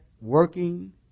working